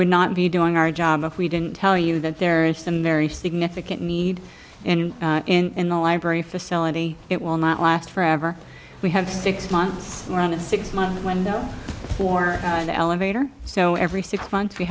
would not be doing our job if we didn't tell you that there are some very significant need and in the library facility it will not last forever we have six months on a six month window for the elevator so every six months we